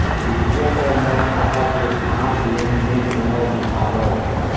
कृपया कर मोर खाता के पांच लेन देन मोला दिखावव